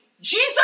Jesus